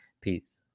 peace